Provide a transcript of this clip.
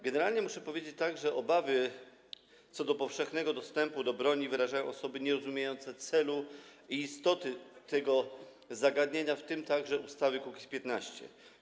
Generalnie muszę powiedzieć, że obawy co do powszechnego dostępu do broni wyrażają osoby nierozumiejące celu i istoty tego zagadnienia, w tym także ustawy Kukiz’15.